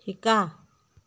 শিকা